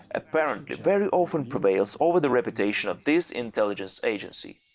apparently, very often prevails over the reputation of this intelligence agency.